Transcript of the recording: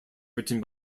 written